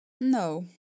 No